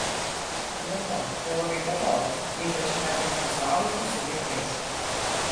be to jie labai patogūs ypač leidžiant laisvalaikį su vaikais